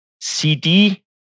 cd